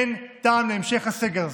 אין טעם להמשך הסגר הזה.